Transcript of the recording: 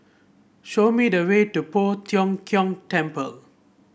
show me the way to Poh Tiong Kiong Temple